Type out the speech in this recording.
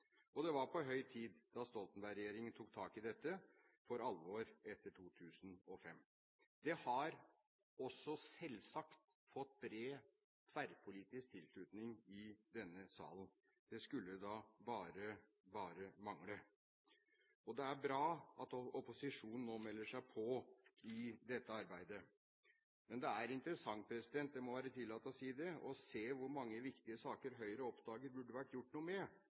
Det var på høy tid da Stoltenberg-regjeringen tok tak i dette for alvor etter 2005. Dette har også selvsagt fått bred tverrpolitisk tilslutning i denne salen. Det skulle da også bare mangle. Det er bra at opposisjonen nå melder seg på i dette arbeidet. Men det er interessant – det må være tillatt å si det – å se hvor mange viktige saker Høyre oppdager at det burde vært gjort noe med,